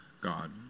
God